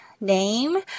name